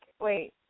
Wait